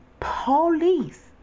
police